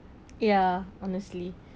ya honestly